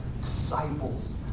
disciples